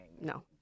No